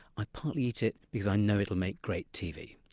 i partly eat it because i know it'll make great tv.